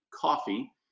Coffee